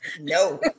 No